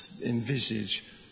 envisage